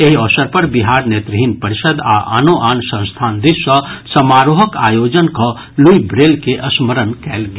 एहि अवसर पर बिहार नेत्रहीन परिषद आ आनो आन संस्थान दिस सँ समारोहक आयोजन कऽ लुई ब्रेल के स्मरण कयल गेल